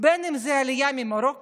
בין אם זו עלייה ממרוקו,